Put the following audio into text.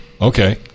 Okay